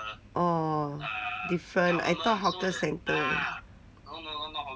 orh different I thought hawker centre